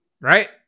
Right